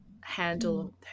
handle